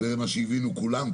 וזה מה שהבינו כולם,